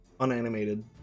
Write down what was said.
unanimated